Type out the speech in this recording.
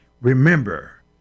remember